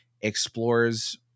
explores